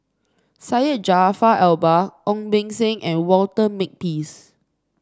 Syed Jaafar Albar Ong Beng Seng and Walter Makepeace